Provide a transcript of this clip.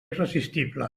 irresistible